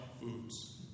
foods